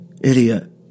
idiot